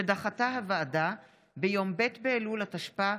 שדחתה הוועדה ביום ב' באלול התשפ"א,